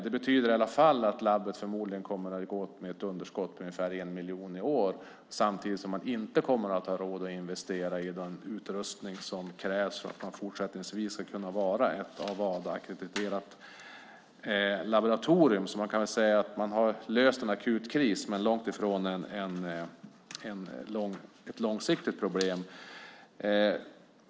Det betyder i alla fall att labbet förmodligen kommer att gå med ett underskott på ungefär 1 miljon i år samtidigt som man inte kommer att ha råd att investera i den utrustning som krävs för att man fortsättningsvis ska kunna vara ett av Wada ackrediterat laboratorium. Man har alltså löst en akut kris men långt ifrån ett långsiktigt problem.